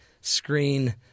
screen